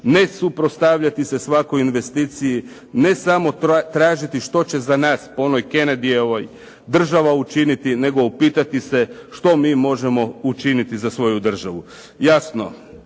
ne suprotstavljati se svakoj investiciji, ne samo tražiti što će za nas u onoj kenedijevoj država učiniti, nego upitati s što mi možemo učiniti za svoju državu. Jasno